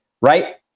right